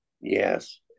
Yes